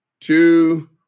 two